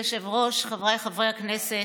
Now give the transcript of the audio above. אדוני היושב-ראש, חבריי חברי הכנסת,